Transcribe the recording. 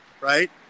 right